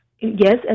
Yes